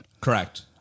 Correct